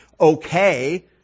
okay